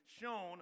shown